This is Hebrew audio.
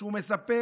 שמספר